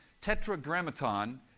tetragrammaton